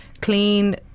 clean